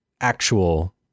actual